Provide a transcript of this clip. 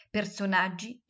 Personaggi